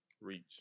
reach